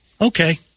Okay